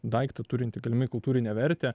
daiktą turintį galimai kultūrinę vertę